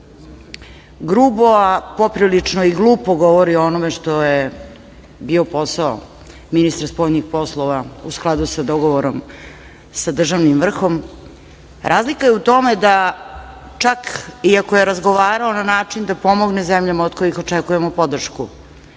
grupa, a poprilično i glupo govori o onome što je bio posao ministra spoljnih poslova u skladu sa dogovorom sa državnim vrhom. Razlika je u tome da čak i ako je razgovarao na način da pomogne zemljama od kojih očekujemo podršku,